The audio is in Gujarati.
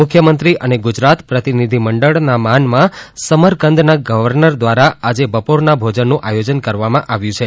મુખ્યમંત્રી અને ગુજરાત પ્રતિનિધિમંડળ ના માનમાં સમરકંદ ના ગવર્નર દ્વારા આજે બપોર ના ભોજન નું આયોજન કરવામાં આવ્યું છે